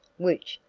which,